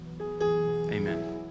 Amen